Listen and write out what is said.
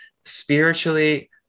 spiritually